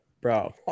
Bro